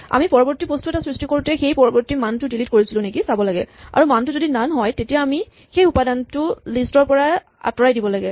আমি পৰৱৰ্তী বস্তু এটা সৃষ্টি কৰোতে সেই পৰৱৰ্তী মানটো ডিলিট কৰিছিলোঁ নেকি চাব লাগে আৰু মানটো যদি নন হয় তেতিয়া আমি সেই উপাদানটো লিষ্ট ৰ পৰা আতঁৰাই দিব লাগে